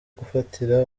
gufatira